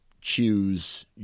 choose